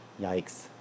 Yikes